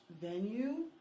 venue